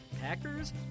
Packers